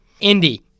Indy